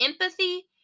empathy